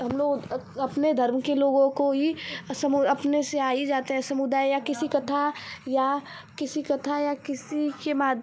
हम लोग अपने धर्म के लोगों को ही समु अपने से आ ही जाते हैं समुदाय या किसी कथा या किसी कथा या किसी के मा